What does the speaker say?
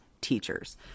teachers